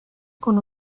con